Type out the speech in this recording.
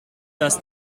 das